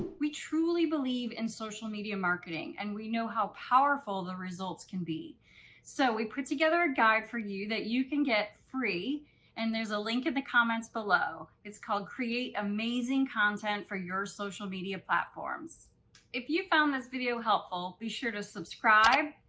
we truly believe in social media marketing and we know how powerful the results can be so we put together a guide for you that you can get free and there's a link in the comments below it's called create amazing content for your social media platforms if you found this video helpful, be sure to subscribe,